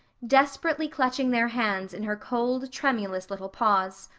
desperately clutching their hands in her cold, tremulous little paws.